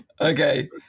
Okay